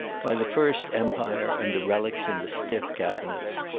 by the first empire and the relics in the stiff cabinets,